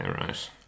right